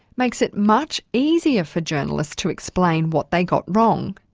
makes it much easier for journalists to explain what they got wrong,